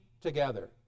together